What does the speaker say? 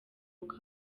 uko